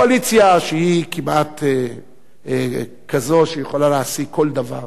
הקואליציה, שהיא כמעט כזאת שיכולה להשיג כל דבר,